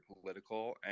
political